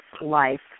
life